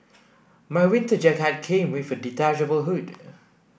my winter jacket came with a detachable hood